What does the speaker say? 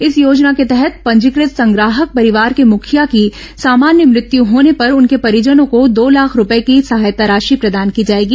इस योजना के तहत पंजीकृत संग्राहक परिवार के मुखिया की सामान्य मृत्यू होने पर उसके परिजनों को दो लाख रूपये की सहायता राशि प्रदान की जाएगी